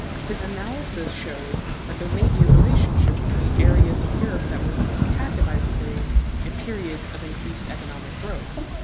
his analysis shows that there may be a relationship between areas of europe that were least impacted by the plague and periods of increased economic growth.